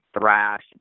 thrash